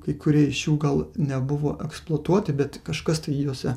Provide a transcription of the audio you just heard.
kai kurie iš jų gal nebuvo eksploatuoti bet kažkas tai jose